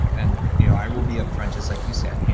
and you know i will be up front, just like you said,